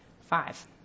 Five